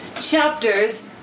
Chapters